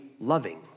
loving